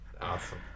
Awesome